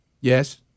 Yes